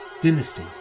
Dynasty